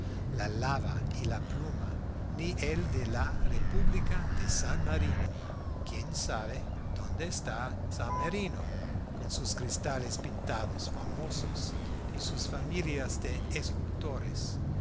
la lava y la pluma ni el de la república de san marino quién sabe dónde está san marino con sus cristales pintados famosos y sus familias de escultores